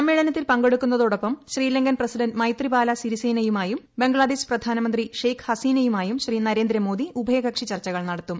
സമ്മേളനത്തിൽ പങ്കെടുക്കുന്നതോടൊപ്പം ശ്രീലങ്കൻ പ്രസിഡന്റ് മൈത്രിപാല സിരിസേനയുമായും ബംഗ്ലാദേശ് പ്രധാനമന്ത്രി ഷെയ്ഖ് ഹസീനയുമായും ശ്രീ നരേന്ദ്രമോദി ഉഭയകക്ഷി ചർച്ചകൾ നടത്തും